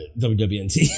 WWNT